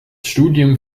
studium